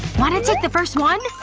wanna take the first one?